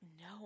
No